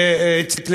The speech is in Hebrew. תודה.